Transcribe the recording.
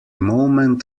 moment